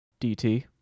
DT